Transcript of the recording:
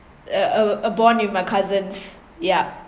a a a bond with my cousins yup